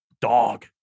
dog